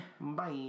Bye